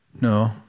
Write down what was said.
No